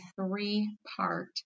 three-part